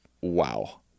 Wow